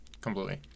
Completely